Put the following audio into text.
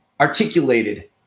articulated